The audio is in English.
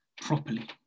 properly